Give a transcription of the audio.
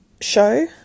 show